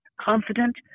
Confident